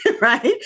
right